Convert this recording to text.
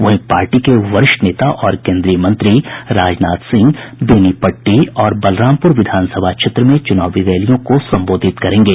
वहीं पार्टी के वरिष्ठ नेता और केन्द्रीय मंत्री राजनाथ सिंह बेनीपट्टी और बलरामपूर विधानसभा क्षेत्र में चुनावी रैलियों को संबोधित करेंगे